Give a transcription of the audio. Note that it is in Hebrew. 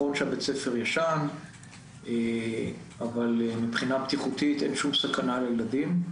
נכון שבית הספר ישן אבל מבחינה בטיחותית אין שום סכנה לילדים.